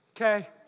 Okay